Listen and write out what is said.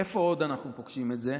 איפה עוד אנחנו פוגשים את זה?